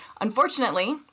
Unfortunately